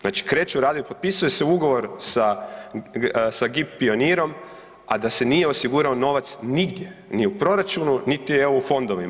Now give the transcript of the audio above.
Znači kreću radovi, potpisuje se ugovor sa GIP Pionirom, a da se nije osigurao novac nigdje ni u proračunu niti u eu fondovima.